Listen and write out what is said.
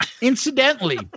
Incidentally